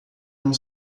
não